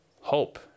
hope